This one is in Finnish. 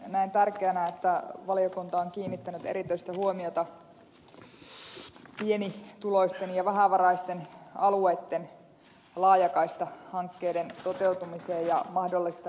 näen tärkeänä että valiokunta on kiinnittänyt erityistä huomiota pienituloisten ja vähävaraisten alueitten laajakaistahankkeiden toteutumiseen ja mahdollistamiseen